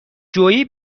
جویی